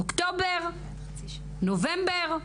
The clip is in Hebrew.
אוקטובר, נובמבר,